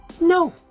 no